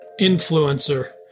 Influencer